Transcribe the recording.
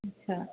अच्छा